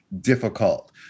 difficult